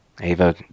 Ava